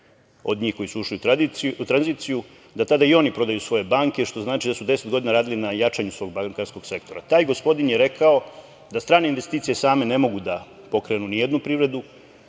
od njih koji su ušli u tranziciju, da tada i oni prodaju svoje banke, što znači da su 10 godina radili na jačanju svog bankarskog sektora. Taj gospodin je rekao, da strane investicije same ne mogu da pokrenu nijednu privredu,